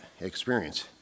experience